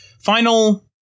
Final